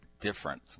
different